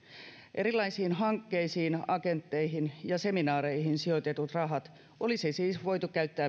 erilaisiin hankkeisiin agentteihin ja seminaareihin sijoitetut rahat olisi siis voitu käyttää